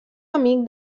amic